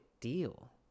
deal